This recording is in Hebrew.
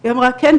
היא אמרה "כן,